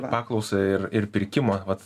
paklausą ir ir pirkimo vat